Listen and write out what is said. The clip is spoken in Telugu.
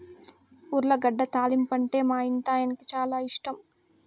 ఉర్లగడ్డ తాలింపంటే మా ఇంటాయనకి చాలా ఇష్టం